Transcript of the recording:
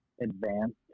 advanced